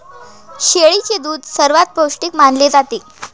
शेळीचे दूध सर्वात पौष्टिक मानले जाते